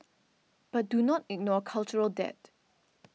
but do not ignore cultural debt